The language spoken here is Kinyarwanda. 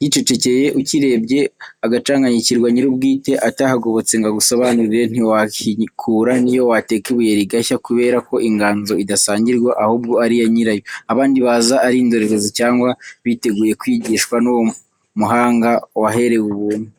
yicecekeye, ukirebye agacanganyikirwa, nyir'ubwite atahagobotse ngo agusobanurire, ntiwahikura n'iyo wateka ibuye rigashya, kubera ko inganzo idasangirwa ahubwo ari iya nyirayo, abandi baza ari indorerezi cyangwa biteguye kwigishwa n'uwo muhanga waherewe ubuntu.